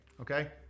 okay